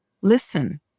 listen